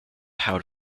held